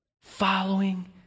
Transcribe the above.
following